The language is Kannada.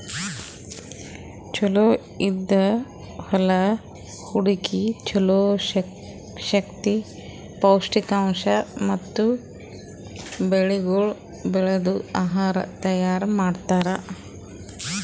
ಚಲೋ ಇದ್ದಿದ್ ಹೊಲಾ ಹುಡುಕಿ ಚಲೋ ಶಕ್ತಿ, ಪೌಷ್ಠಿಕಾಂಶ ಮತ್ತ ಬೆಳಿಗೊಳ್ ಬೆಳ್ದು ಆಹಾರ ತೈಯಾರ್ ಮಾಡ್ತಾರ್